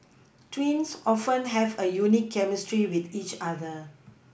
twins often have a unique chemistry with each other